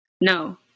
No